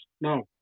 no